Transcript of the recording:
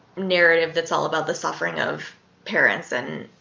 narrative that's all about the suffering of parents and